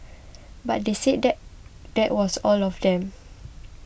but they said that that was all of them